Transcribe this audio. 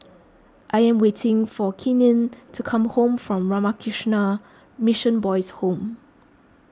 I am waiting for Keenen to come home from Ramakrishna Mission Boys' Home